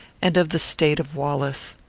and of the state of wallace.